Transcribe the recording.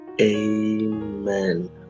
Amen